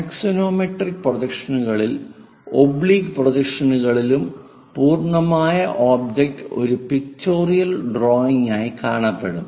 axonometric പ്രൊജക്ഷനുകളിലും oblique പ്രൊജക്ഷനുകളിലും പൂർണ്ണമായ ഒബ്ജക്റ്റ് ഒരു പിക്ചോറിയൽ ഡ്രായിങ് ആയി കാണപ്പെടും